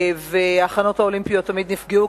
וההכנות האולימפיות תמיד נפגעו